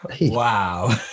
Wow